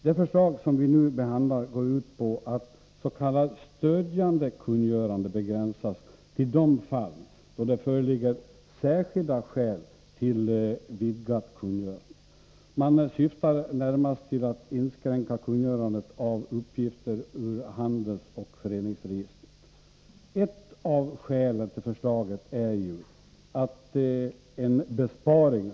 Det förslag vi nu behandlar går ut på att s.k. stödjande kungörande begränsas till de fall då det föreligger särskilda skäl till vidgat kungörande. Man syftar närmast till att inskränka kungörande av uppgifter ur handelsoch föreningsregistret. Ett av skälen till förslaget är att man vill uppnå en besparing.